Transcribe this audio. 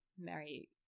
Mary